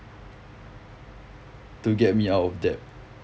to get me out of debt